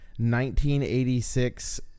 1986